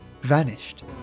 Vanished